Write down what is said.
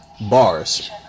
Bars